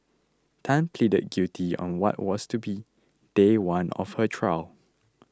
tan pleaded guilty on what was to be day one of her trial